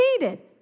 needed